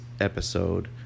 episode